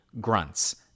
grunts